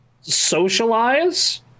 socialize